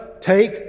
take